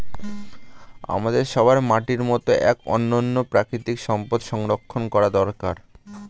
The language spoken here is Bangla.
আমাদের সবার মাটির মতো এক অনন্য প্রাকৃতিক সম্পদ সংরক্ষণ করা দরকার